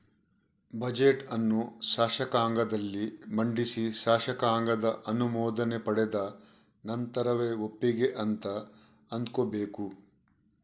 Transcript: budget ಅನ್ನು ಶಾಸಕಾಂಗದಲ್ಲಿ ಮಂಡಿಸಿ ಶಾಸಕಾಂಗದ ಅನುಮೋದನೆ ಪಡೆದ ನಂತರವೇ ಒಪ್ಪಿಗೆ ಅಂತ ಅಂದ್ಕೋಬೇಕು